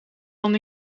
dan